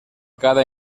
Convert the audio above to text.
cada